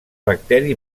bacteri